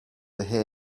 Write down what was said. hear